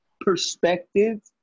perspective